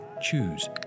choose